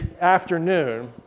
afternoon